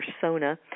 persona